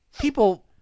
People